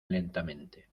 lentamente